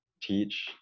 teach